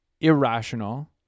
irrational